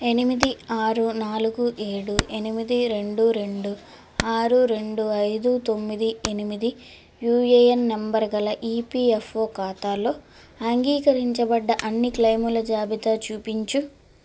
ఎనిమిది ఆరు నాలుగు ఏడు ఎనిమిది రెండు రెండు ఆరు రెండు ఐదు తొమ్మిది ఎనిమిది యూఏఎన్ నంబర్గల ఈపిఎఫ్ఓ ఖాతాలో అంగీకరించబడ్డ అన్ని క్లెయిముల జాబితా చూపించు